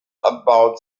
about